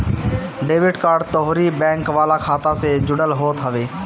debit card तोहरी bank वाला खाता से जुड़ल होत हवे